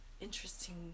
interesting